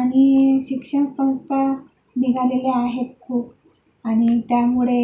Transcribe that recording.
आणि शिक्षणसंस्था निघालेल्या आहेत खूप आणि त्यामुळे